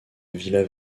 vila